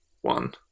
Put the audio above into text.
one